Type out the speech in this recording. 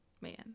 man